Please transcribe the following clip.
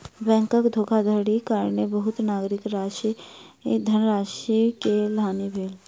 बैंकक धोखाधड़ीक कारणेँ बहुत नागरिकक धनराशि के हानि भेल